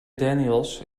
daniels